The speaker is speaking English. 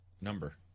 number